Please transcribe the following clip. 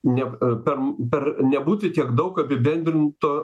ne per per nebūti tiek daug apibendrinto